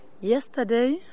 Yesterday